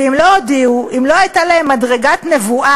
ואם לא הודיעו, אם לא הייתה להם מדרגת נבואה